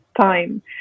time